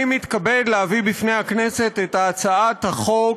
אני מתכבד להביא בפני הכנסת את הצעת החוק